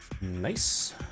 Nice